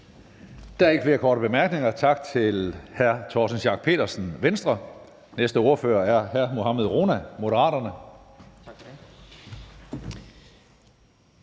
Der er ikke flere korte bemærkninger. Tak til hr. Torsten Schack Pedersen, Venstre. Næste ordfører er hr. Mohammad Rona, Moderaterne.